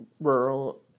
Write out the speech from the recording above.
rural